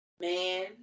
man